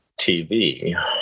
TV